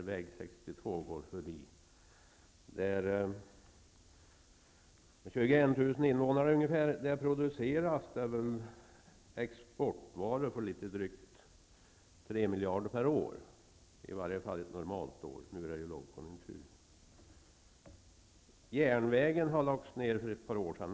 I bygden, som har ungefär 21 000 invånare, produceras exportvaror för litet drygt 3 miljarder kronor per år, i varje fall ett normalt år.